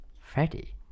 Freddy